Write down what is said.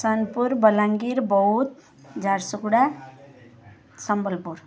Sonepur Bolangir Boudh Jharsuguda Sambalpur